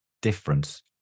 difference